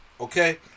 okay